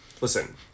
listen